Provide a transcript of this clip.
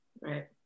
Right